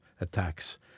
attacks